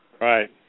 Right